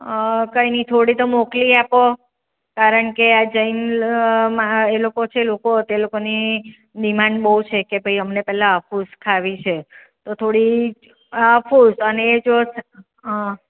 કંઈ નહીં થોડી તો મોક્લી આપો કારણ કે આ જૈન લોકો છે એ લોકોની ડીમાંડ બહુ છે કે અમને પહેલાં આફુસ ખાવી છે તો થોડી આફુસ અને એ જો